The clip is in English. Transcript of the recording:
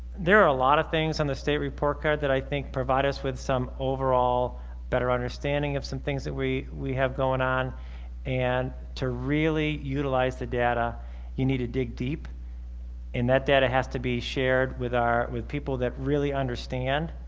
there are a lot of things on the state report card that i think provide us with some overall better understanding of some things that we we have going on and to really utilize the data you need to dig deep and that data has to be shared with our with people that really understand